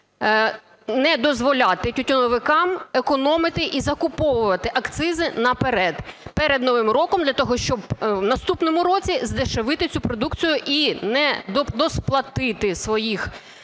не дозволяти тютюновикам економити і закуповувати акцизи наперед перед новим роком для того, щоб в наступному році здешевити цю продукцію і не досплатити з своїх